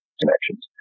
connections